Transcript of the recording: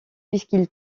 puisqu’il